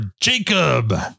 Jacob